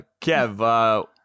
Kev